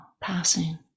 passing